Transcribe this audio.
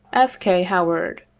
f. k. howard.